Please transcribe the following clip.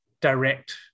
direct